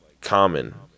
common